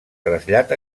trasllat